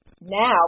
now